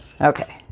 Okay